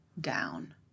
down